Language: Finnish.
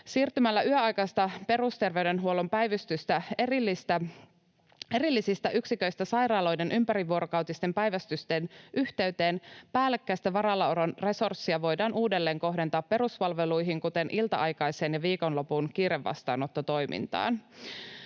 Siirtämällä yöaikaista perusterveydenhuollon päivystystä erillisistä yksiköistä sairaaloiden ympärivuorokautisten päivystysten yhteyteen voidaan päällekkäisen varallaolon resursseja uudelleenkohdentaa peruspalveluihin, kuten ilta-aikaiseen ja viikonlopun kiirevastaanottotoimintaan.